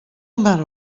matter